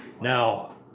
Now